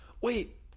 Wait